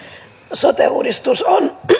sote uudistus